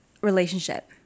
relationship